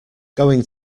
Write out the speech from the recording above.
going